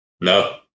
No